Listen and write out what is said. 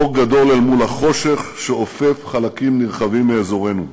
אור גדול אל מול החושך שאופף חלקים נרחבים מאזורנו.